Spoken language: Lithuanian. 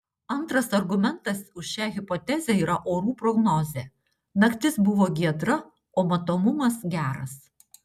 antras argumentas už šią hipotezę yra orų prognozė naktis buvo giedra o matomumas geras